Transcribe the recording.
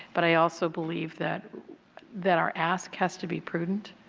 but i also believe that that our ask has to be prudent.